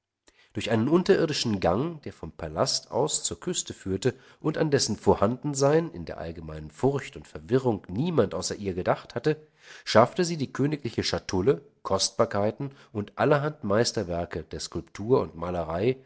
durch einen unterirdischen gang der vom palast aus zur küste führte und an dessen vorhandensein in der allgemeinen furcht und verwirrung niemand außer ihr gedacht hatte schaffte sie die königliche schatulle kostbarkeiten und allerhand meisterwerke der skulptur und malerei